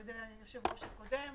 על ידי היושב-ראש הקודם.